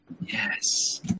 Yes